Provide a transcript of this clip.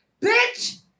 Bitch